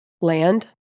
land